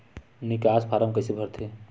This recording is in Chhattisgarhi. निकास फारम कइसे भरथे?